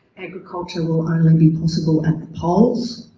agriculture will only be possible at the poles,